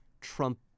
Trump